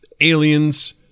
aliens